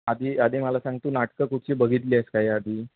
आधी आधी मला सांग तू नाटकं कुठची बघितली आहेस का या आधी